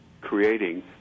creating